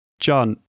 John